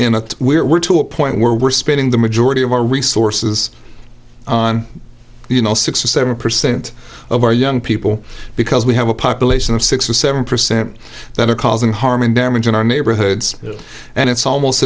a where we're to a point where we're spending the majority of our resources on you know six or seven percent of our young people because we have a population of six or seven percent that are causing harm and damage in our neighborhoods and it's almost